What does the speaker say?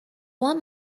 want